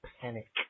panic